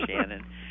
Shannon